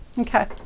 Okay